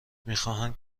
میخواهند